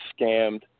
scammed